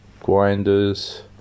grinders